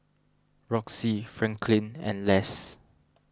Roxie Franklyn and Les